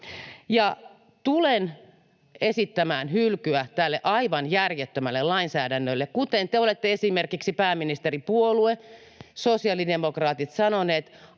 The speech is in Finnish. Tulen esittämään hylkyä tälle aivan järjettömälle lainsäädännölle. Kuten esimerkiksi te, pääministeripuolue sosiaalidemokraatit, olette